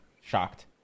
shocked